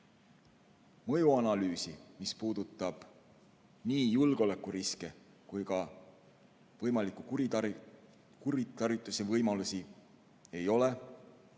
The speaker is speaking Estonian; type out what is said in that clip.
Mõjuanalüüsi, mis puudutab nii julgeolekuriske kui ka võimaliku kuritarvituse võimalusi, ei ole.